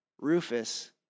Rufus